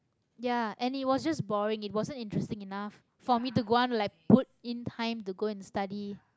ya and it was just boring it wasn't interesting enough for me to g~ want to like put in time to go and study